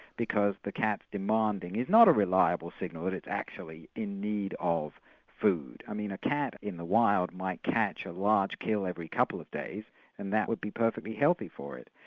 because the cat's demanding is not a reliable signal that it's actually in need of food. i mean, a cat in the wild might catch a large kill every couple of days and that would be perfectly healthy for it,